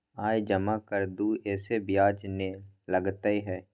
आय जमा कर दू ऐसे ब्याज ने लगतै है?